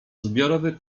zbiorowy